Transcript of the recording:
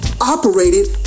operated